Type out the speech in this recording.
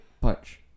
punch